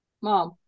mom